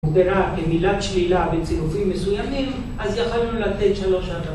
הובהרה כמילת שלילה בצירופים מסוימים, אז יכולנו לתת שלוש